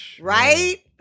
Right